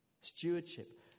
Stewardship